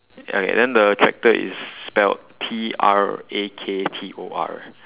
and then the tractor is spelled T R A K T O R